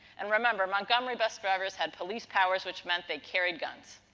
and, remember, montgomery bus drivers had police powers which meant they carried guns.